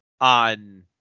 on